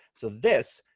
so this,